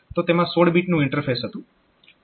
તો તેમાં 16 બીટનું ઇન્ટરફેસ હતું